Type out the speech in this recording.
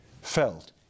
felt